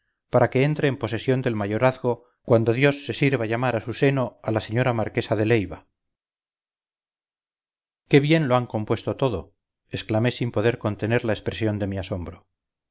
para que entre en posesión del mayorazgo cuando dios se sirva llamar a su seno a la señora marquesa de leiva qué bien lo han compuesto todo exclamé sin poder contener la expresión de mi asombro